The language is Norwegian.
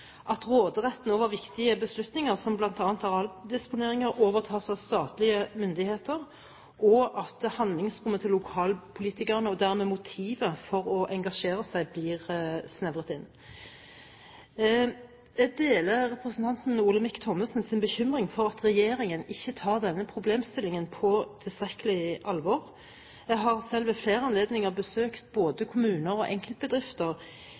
at råderetten over viktige beslutninger, som bl.a. arealdisponeringer, overtas av statlige myndigheter, og at handlingsrommet til lokalpolitikerne og dermed motivet for å engasjere seg blir snevret inn. Jeg deler representanten Olemic Thommessens bekymring for at regjeringen ikke tar denne problemstillingen tilstrekkelig på alvor. Jeg har selv ved flere anledninger besøkt både kommuner og enkeltbedrifter